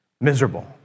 Miserable